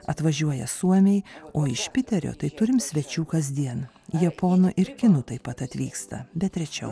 atvažiuoja suomiai o iš piterio tai turim svečių kasdien japonų ir kinų taip pat atvyksta bet rečiau